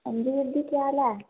हांजी दीदी केह् हाल ऐ